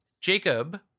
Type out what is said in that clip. Jacob